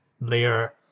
layer